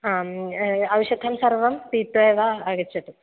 आम् औषधं सर्वं पीत्वा एव आगच्छतु